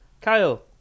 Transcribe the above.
Kyle